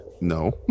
no